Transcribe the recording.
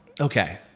okay